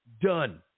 Done